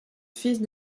fils